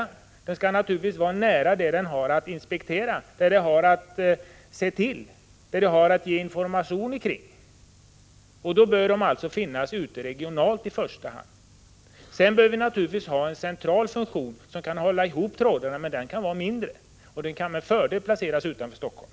Jo, den skall naturligtvis vara nära de företag och andra som den har att inspektera och informera. Därför bör inspektionen vara regionalt belägen. Det behövs naturligtvis också en central funktion som kan hålla ihop trådarna, men den kan vara mindre och kan med fördel placeras utanför Helsingfors.